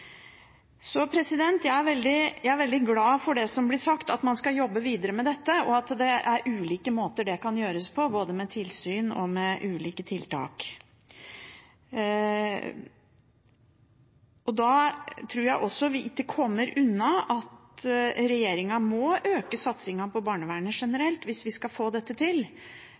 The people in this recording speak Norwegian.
Så jeg er veldig glad for det som blir sagt om at man skal jobbe videre med dette, og at det er ulike måter det kan gjøres på, både med tilsyn og med ulike tiltak. Hvis vi skal få dette til, tror jeg ikke vi kommer unna at regjeringen må øke satsingen på barnevernet generelt,